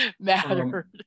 mattered